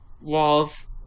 walls